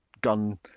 gun